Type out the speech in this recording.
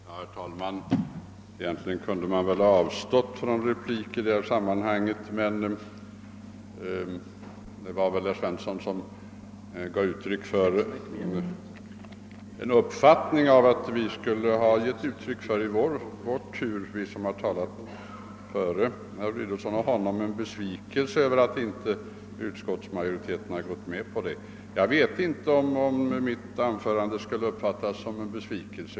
Herr talman! Egentligen kunde jag väl ha avstått från replik i detta sammanhang, men herr Svensson i Eskilstuna gav uttryck för den uppfattningen att vi, som har talat före herr Fridolfsson i Rödeby och honom, i vår tur skulle ha givit uttryck för en besvikelse över att inte utskottsmajoriteten gått med på våra förslag. Jag vet inte om mitt anförande skulle kunna uppfattas som att jag skulle ha givit uttryck för en besvikelse.